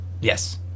Yes